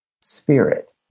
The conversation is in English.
Spirit